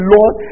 Lord